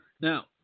Now